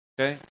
Okay